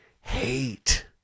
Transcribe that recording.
hate